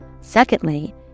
Secondly